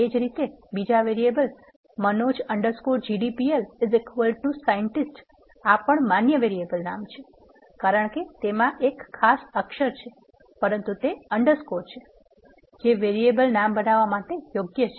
એ જ રીતે બીજા વેરીએબલ Manoj GDPL scientist આ પણ માન્ય વેરીએબલ નામ છે કારણ કે તેમાં એક ખાસ અક્ષર છે પરંતુ તે અન્ડરસ્કોર છે જે વેરીએબલ નામ બનાવવા માટે યોગ્ય છે